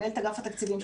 מנהלת אגף התקציבים שלנו.